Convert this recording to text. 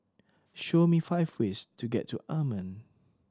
show me five ways to get to Amman